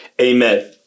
Amen